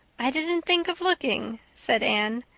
i didn't think of looking, said anne,